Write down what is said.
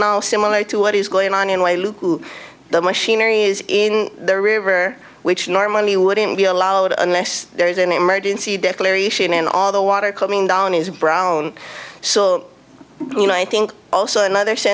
now similar to what is going on in my loop the machinery is in the river which normally wouldn't be allowed unless there is an emergency declaration and all the water coming down is brown so you know i think also another s